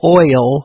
oil